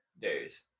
days